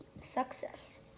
success